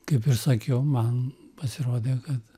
kaip ir sakiau man pasirodė kad